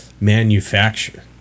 manufacture